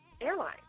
airline